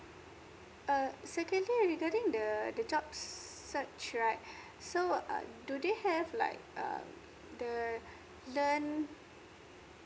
uh secondly regarding the the job search right so uh do they have like um the learn